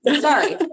Sorry